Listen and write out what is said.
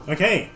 Okay